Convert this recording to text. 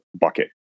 bucket